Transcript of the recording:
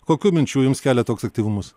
kokių minčių jums kelia toks aktyvumas